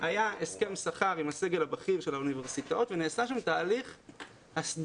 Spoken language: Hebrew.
היה הסכם שכר עם הסגל הבכיר של האוניברסיטאות ונעשה שם תהליך הסדרתי,